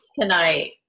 tonight